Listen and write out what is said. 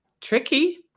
tricky